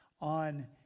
on